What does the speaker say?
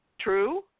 True